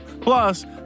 Plus